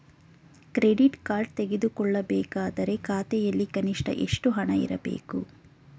Credit card ತೆಗೆದುಕೊಳ್ಳಬೇಕಾದರೆ ಖಾತೆಯಲ್ಲಿ ಕನಿಷ್ಠ ಎಷ್ಟು ಹಣ ಇರಬೇಕು?